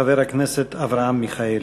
חבר הכנסת אברהם מיכאלי.